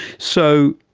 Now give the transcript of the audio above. so